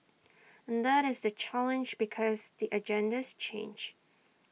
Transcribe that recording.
and that is the challenge because the agendas change